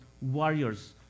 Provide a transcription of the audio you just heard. warriors